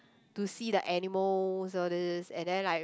to see the animals all these and then like